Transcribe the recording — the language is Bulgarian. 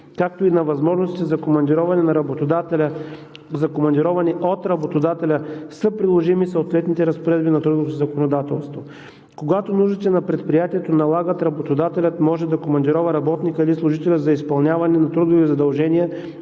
както и на възможности за командироване от работодателя са приложими съответните разпоредби на трудовото законодателство. Когато нуждите на предприятието налагат, работодателят може да командирова работника или служителя за изпълняване на трудови задължения